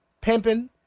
pimping